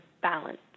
balance